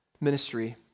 ministry